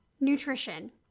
nutrition